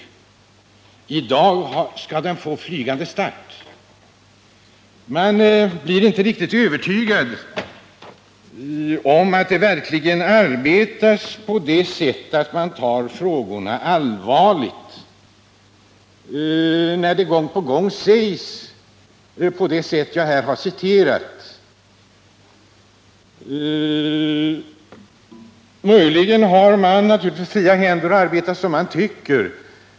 I dag skall den få en ”fNlygande start”. Jag blir inte riktigt övertygad om att man verkligen arbetar allvarligt med dessa frågor, när man gång på gång uttrycker sig på det sätt som jag här har citerat. Möjligen har man fria händer att arbeta som man tycker.